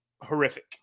horrific